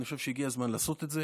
אני חושב שהגיע הזמן לעשות את זה,